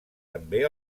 també